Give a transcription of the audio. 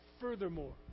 Furthermore